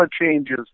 changes